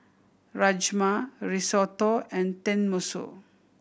Rajma Risotto and Tenmusu